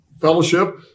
fellowship